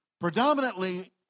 Predominantly